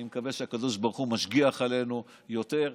אני מקווה שהקדוש ברוך הוא משגיח עלינו יותר,